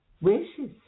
wishes